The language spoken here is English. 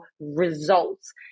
results